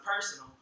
personal